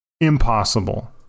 Impossible